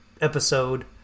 episode